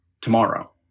tomorrow